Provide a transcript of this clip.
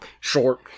short